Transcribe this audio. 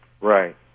Right